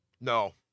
No